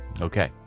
Okay